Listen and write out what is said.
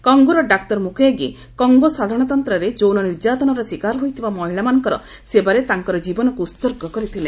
କଙ୍ଗୋର ଡାକ୍ତର Mukwege Congo ସାଧାରଣତନ୍ତ୍ରରେ ଯୌନ ନିର୍ସାତନାର ଶିକାର ହୋଇଥିବା ମହିଳାମାନଙ୍କର ସେବାରେ ତାଙ୍କର ଜୀବନକୁ ଉତ୍ଗର୍ଗ କରିଥିଲେ